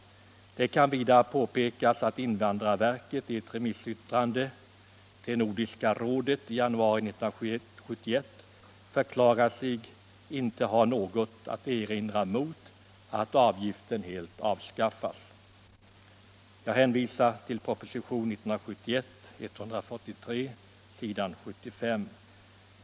Det kan vidare påpekas att invandrarverket i ett remissyttrande till Nordiska rådet i januari 1971 förklarat sig inte ha något att erinra mot att avgiften helt avskaffas. Jag hänvisar till propositionen 143 år 1971 s. 75.